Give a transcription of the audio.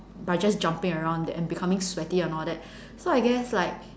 by just jumping around and becoming sweaty and all that so I guess like